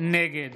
נגד